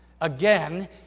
again